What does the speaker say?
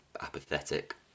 apathetic